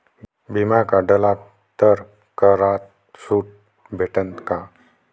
बिमा काढला तर करात सूट भेटन काय?